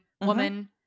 woman